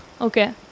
okay